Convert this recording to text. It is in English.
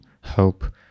help